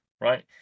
right